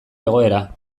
egoera